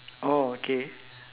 oh okay